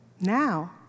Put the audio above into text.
Now